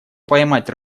поймать